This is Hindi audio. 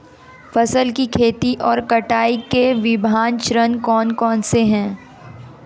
फसल की खेती और कटाई के विभिन्न चरण कौन कौनसे हैं?